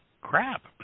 crap